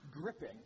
Gripping